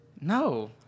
No